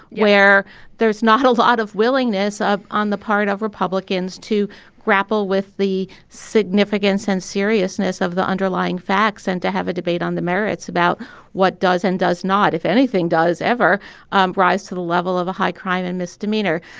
where there's not a lot of willingness on the part of republicans to grapple with the significance and seriousness of the underlying facts and to have a debate on the merits about what does and does not, if anything, does ever um rise to the level of a high crime and misdemeanor.